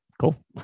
cool